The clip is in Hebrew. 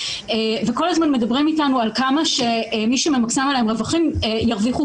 וכל הזמן מדברים איתנו על כמה שמי שממקסם עליהם רווחים ירוויחו